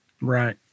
Right